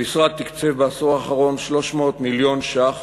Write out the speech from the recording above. המשרד תקצב בעשור האחרון 300 מיליון ש"ח